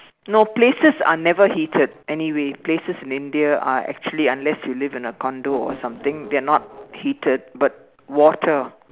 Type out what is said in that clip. no places are never heated anyway places in India are actually unless you live in condo or something they are not heated but water